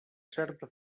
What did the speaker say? certa